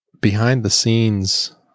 behind-the-scenes